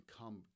come